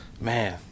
man